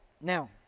Now